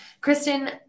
Kristen